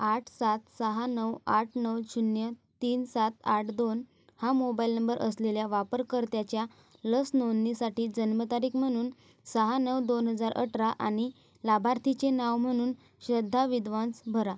आठ सात सहा नऊ आठ नऊ शून्य तीन सात आठ दोन हा मोबाईल नंबर असलेल्या वापरकर्त्याच्या लस नोंदणीसाठी जन्मतारीख म्हणून सहा नऊ दोन हजार अठरा आणि लाभार्थीचे नाव म्हणून श्रद्धा विद्वांस भरा